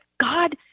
God